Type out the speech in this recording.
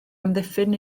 amddiffyn